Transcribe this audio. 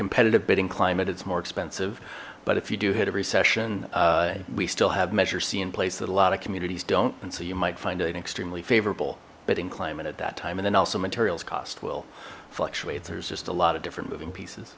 competitive bidding climate it's more expensive but if you do hit a recession we still have measure c in place that a lot of communities don't and so you might find it an extremely favorable betting climate at that time and then also materials cost will fluctuate there's just a lot of different moving pieces